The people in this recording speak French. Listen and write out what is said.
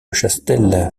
chastel